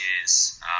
years